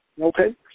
okay